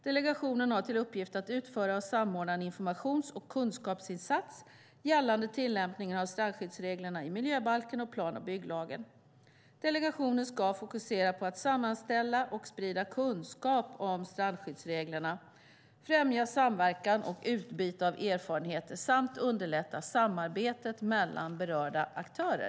Delegationen har till uppgift att utföra och samordna en informations och kunskapsinsats gällande tillämpningen av strandskyddsreglerna i miljöbalken och plan och bygglagen. Delegationen ska fokusera på att sammanställa och sprida kunskap om strandskyddsreglerna, främja samverkan och utbyte av erfarenheter samt underlätta samarbetet mellan berörda aktörer.